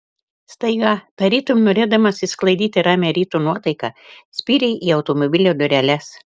staiga tarytum norėdamas išsklaidyti ramią ryto nuotaiką spyrė į automobilio dureles